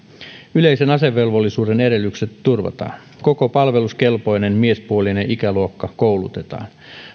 yleisen asevelvollisuuden edellytykset turvataan koko palveluskelpoinen miespuolinen ikäluokka koulutetaan